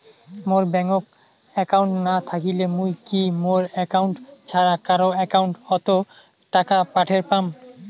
মোর bank account না থাকিলে মুই কি মোর একাউন্ট ছাড়া কারো একাউন্ট অত টাকা পাঠের পাম?